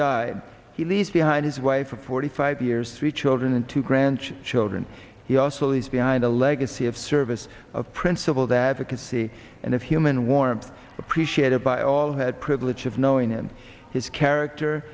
died he leaves behind his wife of forty five years three children and two grandchildren he also is behind a legacy of service of principle that a can see and of human warmth appreciated by all had privilege of knowing him his character